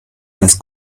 las